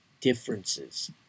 differences